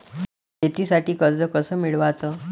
शेतीसाठी कर्ज कस मिळवाच?